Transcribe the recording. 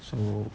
so